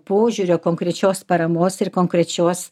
požiūrio konkrečios paramos ir konkrečios